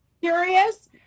Curious